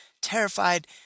terrified